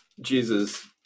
jesus